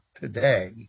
today